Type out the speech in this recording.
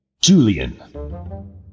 Julian